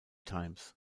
times